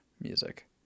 music